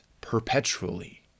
perpetually